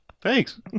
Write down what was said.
Thanks